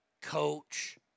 Coach